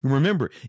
Remember